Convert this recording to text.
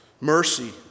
mercy